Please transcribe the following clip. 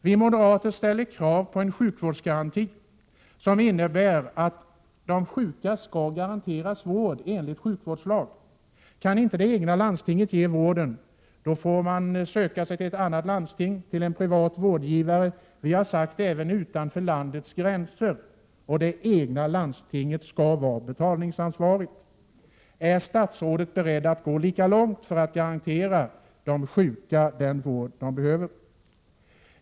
Vi moderater ställer krav på en sjukvårdsgaranti som innebär att de sjuka skall garanteras vård enligt sjukvårdslagen. Kan inte det egna landstinget ge vården, får man söka sig till ett annat landsting, till en privat vårdgivare — även utanför landets gränser, har vi sagt — och det egna landstinget skall vara betalningsansvarigt. Är statsrådet beredd att gå lika långt för att garantera de sjuka den vård de behöver?